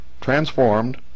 transformed